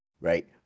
right